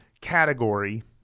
category